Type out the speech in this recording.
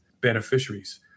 beneficiaries